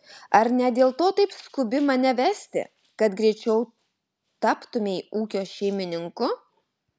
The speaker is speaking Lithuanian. ar ne dėl to taip skubi mane vesti kad greičiau taptumei ūkio šeimininku